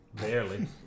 Barely